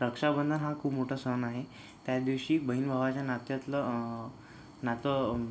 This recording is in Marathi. रक्षाबंधन हा खूप मोठा सण आहे त्या दिवशी बहीण भावाच्या नात्यातलं नातं